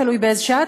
תלוי באיזו שעה,